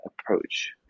approach